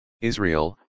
Israel